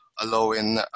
allowing